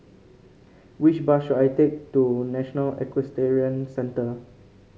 which bus should I take to National Equestrian Centre